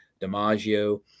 DiMaggio